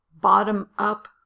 bottom-up